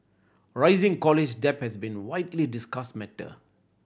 rising college debt has been widely discussed matter